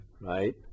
right